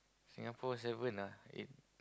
Singapore seven ah eight